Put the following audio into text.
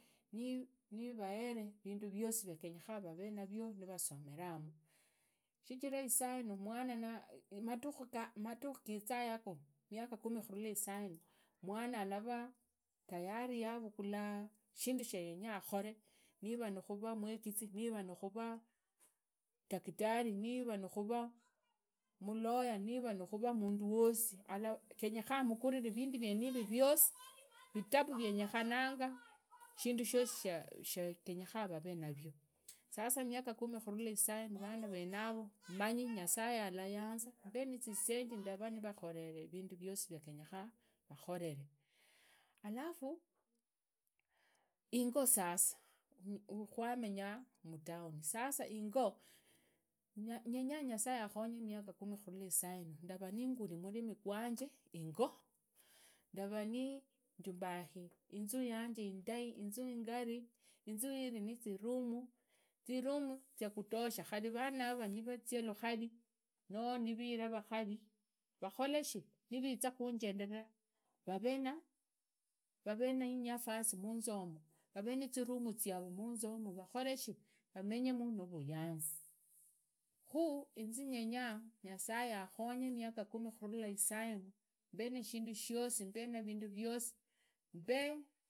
Nivahere vindu viosi via genyekhana vavele nanvyo nivasomeramu shichira masomo mwana nasoma madhikhu gizaa yago khu miatia kumi gizaa yago mwana alavaa tuvani hulavugula shindu sha yenyaa akhole niva yenyaa havee mwigizi niva nikhuvaa dakitari niva nikhuvaa muloya nivia nikhuvaa mundu wosi genyekha mugulile vindu viosi vitabu genyekhananga shindu shosi sha genyekhanaa vavee navyo sasa miaka kumi khunula isuinu vanavenavo manye nyasaye alayaanza mbe nizisendi ndaraa nirakholele vindu viosi viandenyekhaa vakhorere. Alafu ingosasa kwamenya mutauni, ndenya nyasaye ingo akhonye miaka kumi khunila isauni ndarani nguli murimi qwanje ingo nalavaninjumbakhi inzu yanje ingo ndumbakhe inzu inyari, inzu inyari inzu iri nizirumu zirumu zia kutosha khari vanava va zia lukhuri noo nivahira vakari vokoreshi nivizaa khanje nderera rare na vave na nafasi munzu yumo vavee niziramu ziaro munzu yomo vamenye mu has khu nzenyaa nyasaye nyasaye akhenye miaka kumi khunula isuinu nishindu shosi mbe vindu viosi mbe.